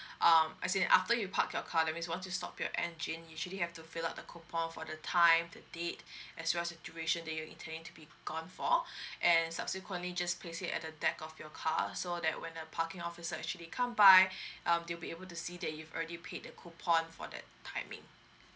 um as in after you park your car that means once you stop your engine you actually have to fill up the coupon for the time the date as well as the duration that you're intending to be gone for and subsequently just place it at the deck of your car so that when a parking officer actually come by um they'll be able to see that you've already paid the coupon for that timing